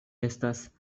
estas